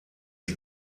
die